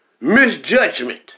Misjudgment